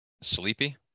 Sleepy